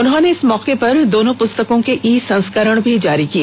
उन्होंने इस मौके पर दोनों पुस्तकों के ई संस्करण भी जारी किए